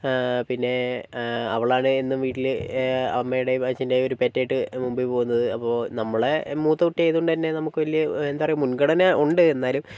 പിന്നെ അവളാണേൽ എന്നും വീട്ടിൽ അമ്മേടേം അച്ഛൻറ്റേയൊരു പെറ്റ് ആയിട്ട് മുൻപിൽ പോവുന്നത് അപ്പോൾ നമ്മളെ മൂത്തകുട്ടി ആയതുകൊണ്ടുതന്നെ നമുക്ക് വലിയ എന്താ പറയാ മുൻഗണന ഉണ്ട് എന്നാലും